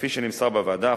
כפי שנמסר בוועדה,